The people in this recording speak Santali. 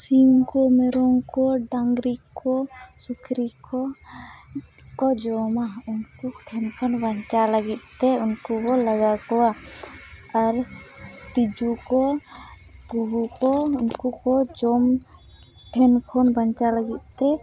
ᱥᱤᱢ ᱠᱚ ᱢᱮᱨᱚᱢ ᱠᱚ ᱰᱟᱝᱨᱤ ᱠᱚ ᱥᱩᱠᱨᱤ ᱠᱚᱠᱚ ᱡᱟᱢᱟ ᱩᱱᱠᱩ ᱴᱷᱮᱱ ᱠᱷᱚᱱ ᱵᱟᱧᱪᱟᱣ ᱞᱟᱹᱜᱤᱫᱛᱮ ᱩᱱᱠᱩ ᱵᱚ ᱞᱟᱜᱟ ᱠᱚᱣᱟ ᱟᱨ ᱛᱤᱡᱩ ᱠᱚ ᱠᱩᱦᱩ ᱠᱚ ᱩᱱᱠᱩ ᱠᱚ ᱡᱚᱢ ᱴᱷᱮᱱ ᱠᱷᱚᱱ ᱵᱟᱧᱪᱟᱜ ᱞᱟᱹᱜᱤᱫᱛᱮ